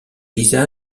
lisa